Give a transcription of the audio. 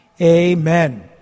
Amen